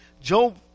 Job